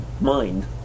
mind